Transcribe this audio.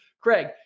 Craig